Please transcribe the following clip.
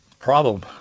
problem